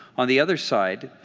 on the other side,